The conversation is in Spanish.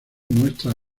muestra